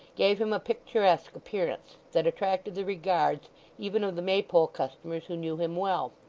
gave him a picturesque appearance, that attracted the regards even of the maypole customers who knew him well,